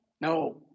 No